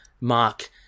Mark